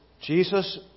Jesus